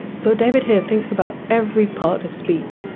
so david here thinks about every part of speech,